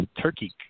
turkey